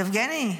יבגני,